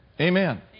Amen